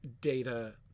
data